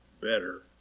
better